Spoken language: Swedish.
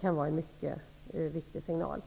kan ge en mycket viktig signal.